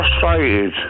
frustrated